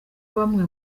bamwe